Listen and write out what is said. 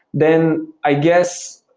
then i guess,